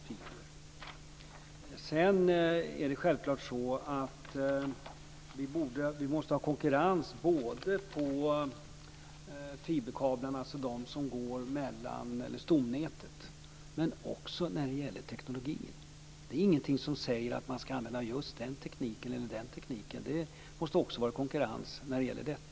Sedan är det självklart så att vi måste ha konkurrens både i fråga om fiberkablarna och stomnätet och när det gäller teknologin. Det är ingenting som säger att man ska använda just den eller den tekniken. Det måste vara konkurrens också på det området.